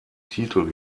titel